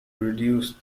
reduce